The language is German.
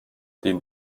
den